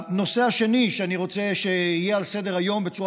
הנושא השני שאני רוצה שיהיה על סדר-היום בצורה